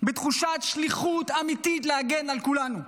בתחושת שליחות אמיתית להגן על כולנו.